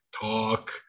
talk